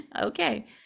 Okay